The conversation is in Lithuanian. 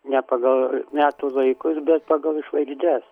ne pagal metų laikus bet pagal žvaigždes